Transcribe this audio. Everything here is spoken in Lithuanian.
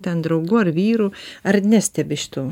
ten draugu ar vyru ar nestebi šitų